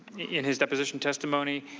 in his deposition testimony,